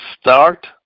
Start